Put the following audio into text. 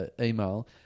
email